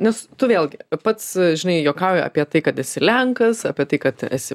nes tu vėlgi pats žinai juokauja apie tai kad esi lenkas apie tai kad esi